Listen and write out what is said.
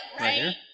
Right